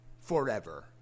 forever